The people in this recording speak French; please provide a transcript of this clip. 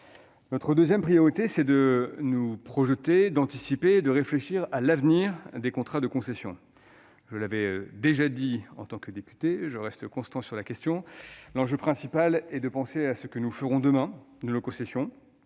Notre deuxième priorité est de nous projeter, d'anticiper et de réfléchir à l'avenir des contrats de concessions. Je l'avais déjà rappelé en tant que député, je reste constant sur la question : l'enjeu principal est de penser à ce que nous en ferons demain de nos concessions.